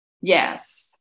yes